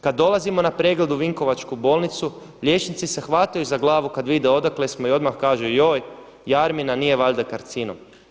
Kad dolazimo na pregled u Vinkovačku bolnicu liječnici se hvataju za glavu kad vide odakle smo i odmah kažu joj Jarmina, nije valjda karcinom.